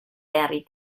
henry